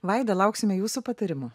vaida lauksime jūsų patarimų